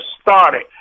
started